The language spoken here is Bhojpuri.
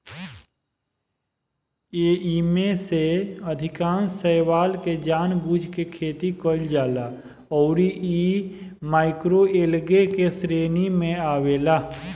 एईमे से अधिकांश शैवाल के जानबूझ के खेती कईल जाला अउरी इ माइक्रोएल्गे के श्रेणी में आवेला